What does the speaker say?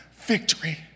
victory